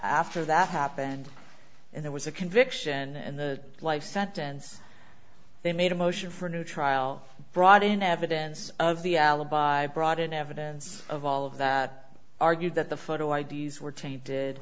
after that happened and there was a conviction and the life sentence they made a motion for new trial brought in evidence of the alibi brought in evidence of all of that argued that the photo i d s were tainted